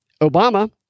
Obama